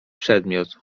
przedmiot